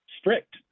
strict